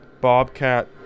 Bobcat